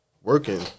working